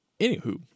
Anywho